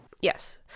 yes